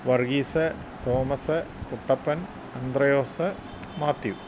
Varghese Thomas Kuttappan Anthros Mathew